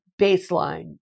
baseline